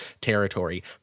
territory